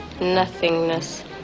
nothingness